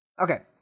Okay